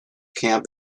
camp